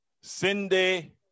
Cindy